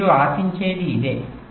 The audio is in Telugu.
మీరు ఆశించేది ఇదే